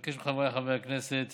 אבקש מחבריי חברי הכנסת